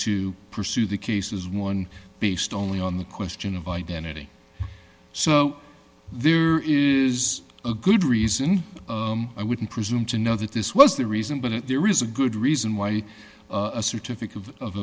to pursue the case as one based only on the question of identity so there is a good reason i wouldn't presume to know that this was the reason but there is a good reason why a certificate of